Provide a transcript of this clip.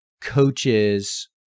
coaches